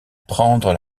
prendre